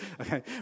okay